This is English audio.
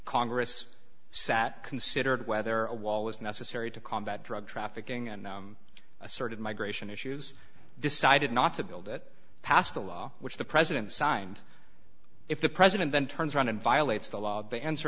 congress sat considered whether a wall was necessary to combat drug trafficking and asserted migration issues decided not to build it passed a law which the president signed if the president then turns around and violates the law the answer